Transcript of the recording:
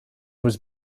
was